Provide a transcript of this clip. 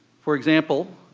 for example,